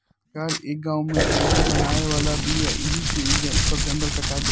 सरकार ए गाँव में हाइवे बनावे वाला बिया ऐही से इ सब जंगल कटा जाई